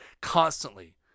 Constantly